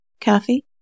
Kathy